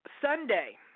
Sunday